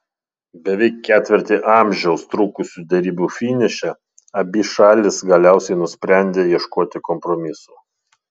beveik ketvirtį amžiaus trukusių derybų finiše abi šalys galiausiai nusprendė ieškoti kompromisų